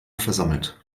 versammelt